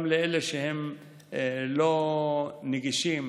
גם לאלה שלא נגישים